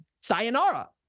sayonara